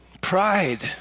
Pride